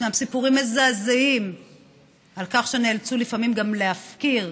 ישנם סיפורים מזעזעים על כך שהם נאלצו לפעמים גם להפקיר